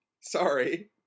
Sorry